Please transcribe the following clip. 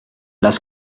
las